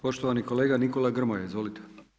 Poštovani kolega Nikola Grmoja, izvolite.